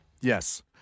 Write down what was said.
Yes